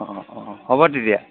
অঁ অঁ হ'ব তেতিয়া